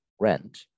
rent